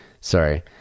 sorry